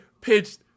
pitched